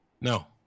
No